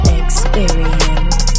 experience